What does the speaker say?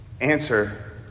answer